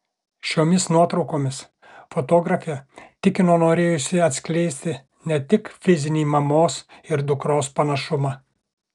šiomis nuotraukomis fotografė tikino norėjusi atskleisti ne tik fizinį mamos ir dukros panašumą